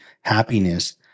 happiness